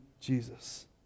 Jesus